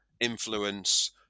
influence